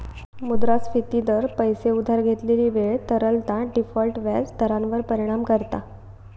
मुद्रास्फिती दर, पैशे उधार घेतलेली वेळ, तरलता, डिफॉल्ट व्याज दरांवर परिणाम करता